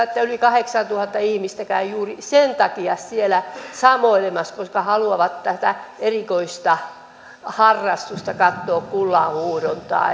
että siellä lemmenjoella yli kahdeksantuhatta ihmistä käy juuri sen takia samoilemassa koska haluavat katsoa tätä erikoista harrastusta kullanhuuhdontaa